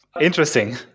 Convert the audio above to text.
Interesting